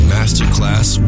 Masterclass